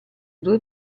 due